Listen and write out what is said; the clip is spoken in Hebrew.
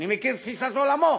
אני מכיר את תפיסת עולמו,